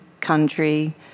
country